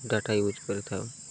data use କରିଥାଉ